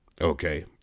Okay